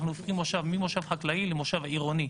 אנחנו הופכים מושב ממושב חקלאי למושב עירוני,